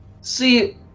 See